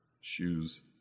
shoes